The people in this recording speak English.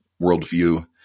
worldview